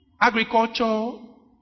agriculture